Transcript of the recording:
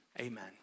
Amen